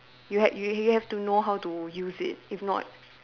you have you have to know how to use it if not